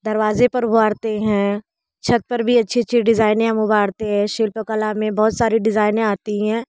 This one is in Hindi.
दरवाज़े पर उभारते हैं छत्त पर भी अच्छी अच्छी डिज़ाइनें हम उभारते हे शिल्पकला में बहुत सारी डिज़ाइनें आती हैं